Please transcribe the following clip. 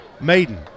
Maiden